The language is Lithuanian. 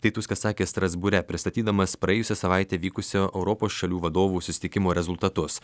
tai tuskas sakė strasbūre pristatydamas praėjusią savaitę vykusio europos šalių vadovų susitikimo rezultatus